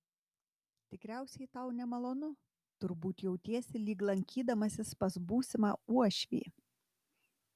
tikriausiai tau nemalonu turbūt jautiesi lyg lankydamasis pas būsimą uošvį